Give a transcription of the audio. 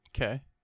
Okay